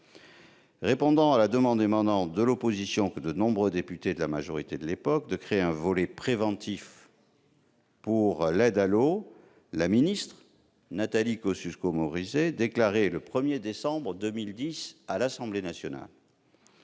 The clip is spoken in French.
Répondant à la demande émanant de l'opposition, mais aussi de nombreux députés de la majorité de l'époque qui réclamaient la création d'un volet préventif pour l'aide à l'eau, la ministre Nathalie Kosciusko-Morizet déclarait, le 1 décembre 2010, à l'Assemblée nationale